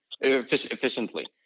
efficiently